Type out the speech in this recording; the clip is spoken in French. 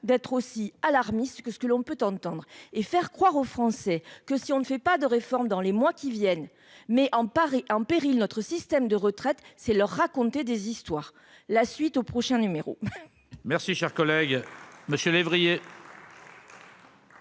d'être aussi alarmistes que ce que l'on peut entendre et faire croire aux Français que si on ne fait pas de réforme dans les mois qui viennent, mais paraît en péril notre système de retraite, c'est leur raconter des histoires, la suite au prochain numéro. Merci, cher collègue Monsieur lévrier.